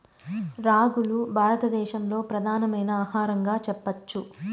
రాగులు భారత దేశంలో ప్రధానమైన ఆహారంగా చెప్పచ్చు